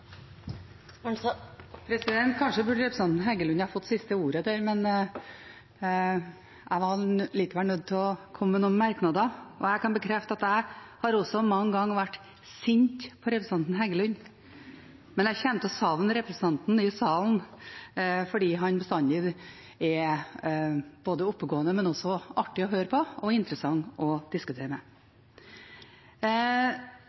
Kanskje burde representanten Heggelund ha fått siste ordet der, men jeg var nødt til å komme med noen merknader. Jeg kan bekrefte at jeg har også mange ganger vært sint på representanten Heggelund. Jeg kommer til å savne representanten i salen, fordi han bestandig er oppegående, men også artig å høre på og interessant å diskutere med.